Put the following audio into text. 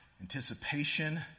anticipation